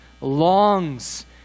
longs